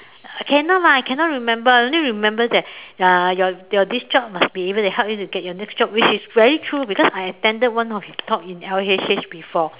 cannot lah I cannot remember I only remember that uh your this job must be able to help you to get your next job which is very true because I attended one of his talk in L_H_H before